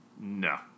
No